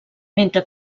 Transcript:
mentre